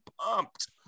pumped